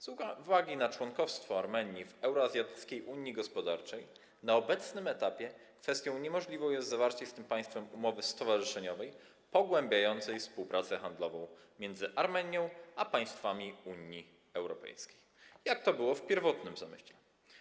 Z uwagi na członkostwo Armenii w Euroazjatyckiej Unii Gospodarczej na obecnym etapie kwestią niemożliwą jest zawarcie z tym państwem umowy stowarzyszeniowej pogłębiającej współpracę handlową między Armenią a państwami Unii Europejskiej, jak to było w pierwotnym zamyśle.